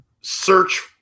search